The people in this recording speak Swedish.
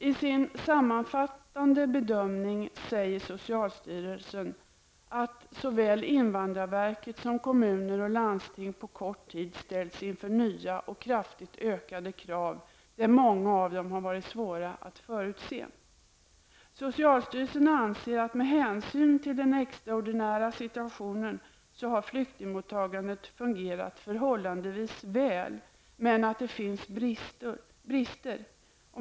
I sin sammanfattande bedömning säger socialstyrelsen, att såväl invandrarverket som kommuner och landsting på kort tid ställts inför nya och kraftigt ökade krav, där många av dem varit svåra att förutse. Socialstyrelsen anser att med hänsyn till den extraordinära situationen så har flyktingmottagandet fungerat förhållandevis väl, men att det finns brister.